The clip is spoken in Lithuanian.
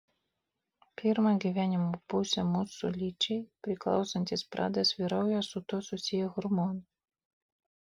pirmą gyvenimo pusę mūsų lyčiai priklausantis pradas vyrauja su tuo susiję hormonai